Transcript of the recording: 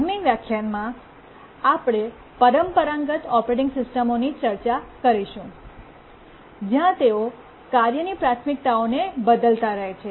આગામી વ્યાખ્યાનમાં આપણે પરંપરાગત ઓપરેટિંગ સિસ્ટમોની ચર્ચા કરીશું જ્યાં તેઓ કાર્યોની પ્રાથમિકતાઓને બદલતા રહે છે